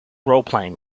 roleplaying